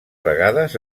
vegades